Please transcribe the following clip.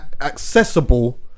accessible